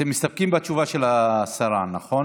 אתם מסתפקים בתשובה של השרה, נכון?